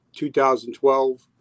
2012